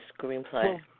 screenplay